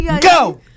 Go